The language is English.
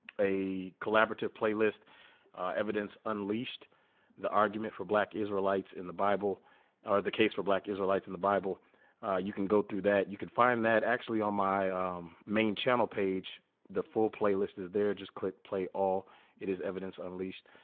a collaborative playlist evidence unleashed the argument for black israelites in the bible or the case for black israelites in the bible you can go through that you can find that actually on my main channel page the full playlist is there just click play all it is evidence unleashed